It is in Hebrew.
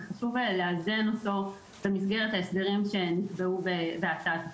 וחשוב לאזן אותו במסגרת ההסדרים שנקבעו בהצעת החוק.